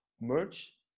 merge